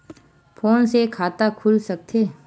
Phone से खाता खुल सकथे?